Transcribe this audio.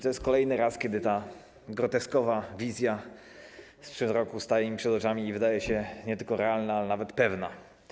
To jest kolejny raz, kiedy ta groteskowa wizja sprzed roku staje mi przed oczami i wydaje się nie tylko realna, ale nawet pewna.